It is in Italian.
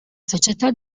società